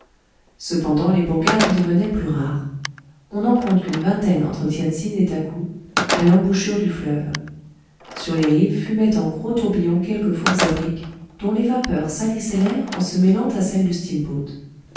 cependant les bourgades devenaient plus rares on n'en compte qu'une vingtaine entre tien tsin et takou à l'embouchure du fleuve sur les rives fumaient en gros tourbillons quelques fours à briques dont les vapeurs salissaient l'air en se mêlant à celles du steamboat